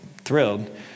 thrilled